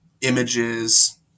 images